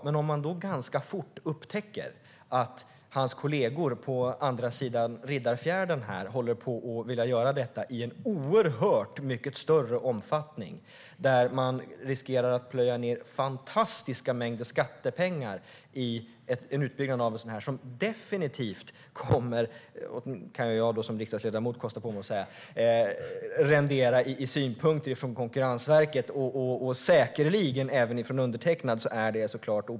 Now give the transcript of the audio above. Men då kan man ganska fort upptäcka att hans kollegor på andra sidan Riddarfjärden vill göra detta, i en oerhört mycket större omfattning. Man riskerar att plöja ned fantastiska mängder skattepengar i en utbyggnad av ett kommunalt wifi-nät, vilket definitivt kommer att rendera i synpunkter från Konkurrensverket - kan jag som riksdagsledamot kosta på mig att säga.